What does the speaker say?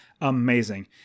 amazing